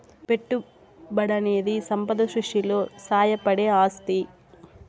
పెట్టుబడనేది సంపద సృష్టిలో సాయపడే ఆస్తి